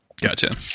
Gotcha